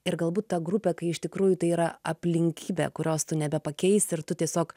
ir galbūt ta grupė kai iš tikrųjų tai yra aplinkybė kurios tu nebepakeisi ir tu tiesiog